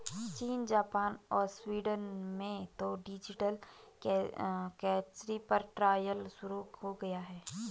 चीन, जापान और स्वीडन में तो डिजिटल करेंसी पर ट्रायल शुरू हो गया है